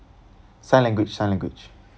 sign language sign language